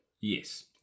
yes